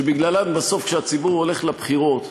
שבגללן, בסוף, כשהציבור הולך לבחירות,